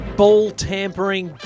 ball-tampering